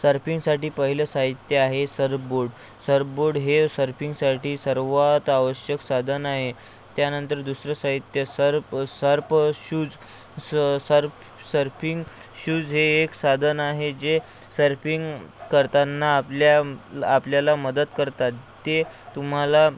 सर्पिंगसाटी पहिलं साहित्य आहे सर बोट सर बोड हे सर्पिंगसाटी सर्वात आवश्यक साधन आहे त्यानंतर दुसरं साहित्य सर्प सर्प शूज स सर्प सर्पिंग शूज हे एक सादन आहे जे सर्पिंग करताना आपल्या आपल्याला मदत करतात ते तुम्हाला